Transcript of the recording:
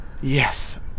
Yes